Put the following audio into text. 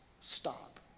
stop